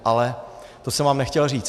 Ale to jsem vám nechtěl říct.